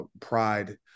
pride